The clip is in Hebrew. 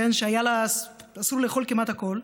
שהיה לה אסור לאכול כמעט הכול,